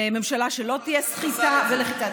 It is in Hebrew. ממשלה שלא תהיה סחיטה ולחיצה.